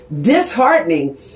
disheartening